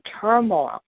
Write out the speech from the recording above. turmoil